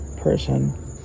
person